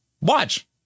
Watch